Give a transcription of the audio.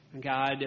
God